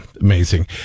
amazing